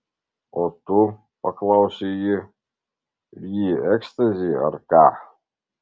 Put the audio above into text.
o tu paklausė ji ryji ekstazį ar ką